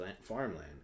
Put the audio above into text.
farmland